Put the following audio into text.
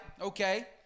Okay